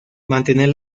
mantener